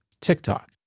TikTok